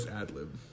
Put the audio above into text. ad-lib